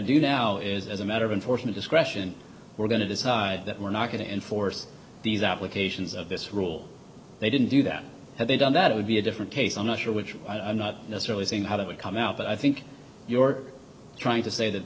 do now is as a matter of unfortunate discretion we're going to decide that we're not going to enforce these applications of this rule they didn't do that had they done that it would be a different case i'm not sure which i'm not necessarily saying how that would come out but i think york trying to say that